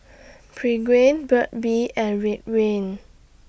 Burt's Bee and Ridwind